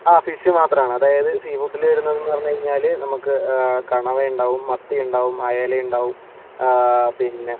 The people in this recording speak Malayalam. ആ ഫിഷ് മാത്രമാണ് അതായത് സീ ഫുഡില് വരുന്നതെന്നുപറഞ്ഞു കഴിഞ്ഞാല് നമുക്ക് കണവയുണ്ടാവും മത്തിയിണ്ടാവും അയലയുണ്ടാവും പിന്നെ